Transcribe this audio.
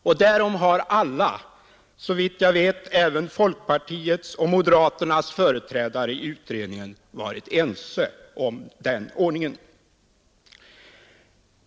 Och om den ordningen har alla — såvitt jag vet även folkpartiets och moderaternas företrädare i utredningen — varit ense.